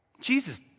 Jesus